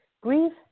grief